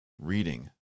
Reading